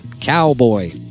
Cowboy